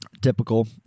Typical